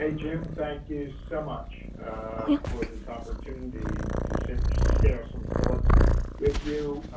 ah jim, thank you so much for this opportunity to share some thoughts with you.